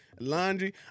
Laundry